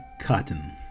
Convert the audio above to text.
cotton